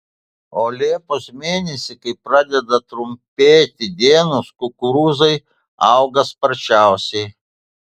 o liepos mėnesį kai pradeda trumpėti dienos kukurūzai auga sparčiausiai